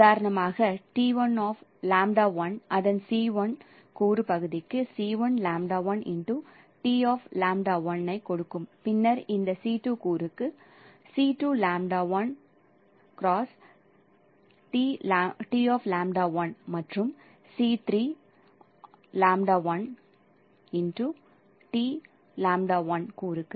உதாரணமாக அதன் c1 கூறு பகுதிக்கு ஐக் கொடுக்கும் பின்னர் இந்த c2 கூறுக்கு மற்றும் கூறுக்கு